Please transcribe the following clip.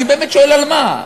אני באמת שואל, על מה?